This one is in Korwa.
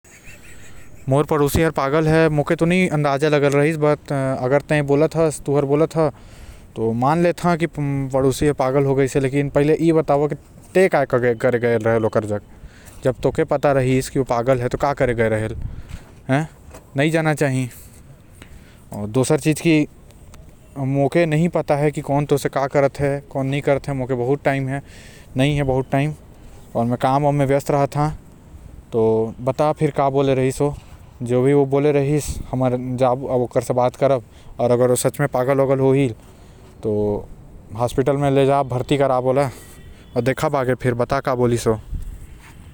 मोर पड़ोसी हर पागल हे मोला तो नि अंदाजा लगे रहीस लेकिन अगर तोला पता रहीस। तो तय का करे गए रहे ओकर पास अगर ओला दिक्कत है तो मैं खुद ओकर इलाज करवाही आऊ नि तो तोला भी बताओ देख मोर जग बहुत काम हे मोला मत परेशान कर।